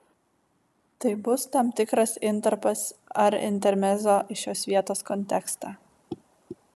tai bus tam tikras intarpas ar intermezzo į šios vietos kontekstą